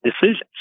decisions